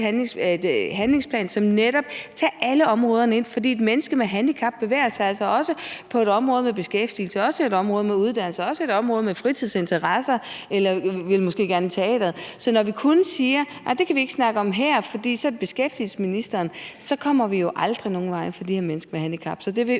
handlingsplan, som netop tager alle områderne ind. For et menneske med handicap bevæger sig altså også på et område med beskæftigelse, også på et område med uddannelse, også på et område med fritidsinteresser eller vil måske gerne i teateret. Så når vi kun siger: Nej, det kan vi ikke snakke om her, for så er det beskæftigelsesministerens område, så kommer vi jo aldrig nogen vegne for de her mennesker med handicap. Så det